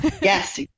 yes